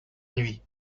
nuit